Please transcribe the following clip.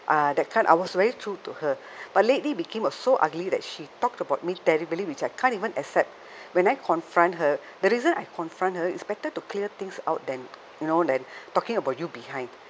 uh that kind I was very true to her but lately became was so ugly that she talked about me terribly which I can't even accept when I confront her the reason I confront her it's better to clear things out than you know than talking about you behind